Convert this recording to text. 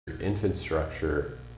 infrastructure